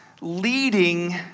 leading